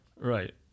Right